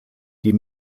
die